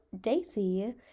Daisy